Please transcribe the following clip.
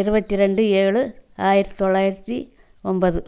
இருபத்தி ரெண்டு ஏழு ஆயிரத்தி தொள்ளாயிரத்தி ஒம்பது